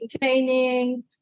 training